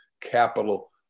capital